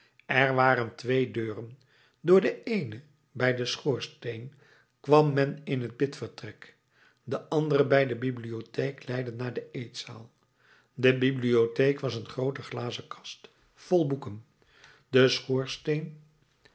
er waren twee deuren door de eene bij den schoorsteen kwam men in het bidvertrek de andere bij de bibliotheek leidde naar de eetzaal de bibliotheek was een groote glazen kast vol boeken de